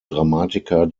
dramatiker